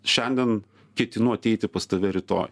šiandien ketinu ateiti pas tave rytoj